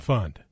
Fund